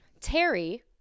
Terry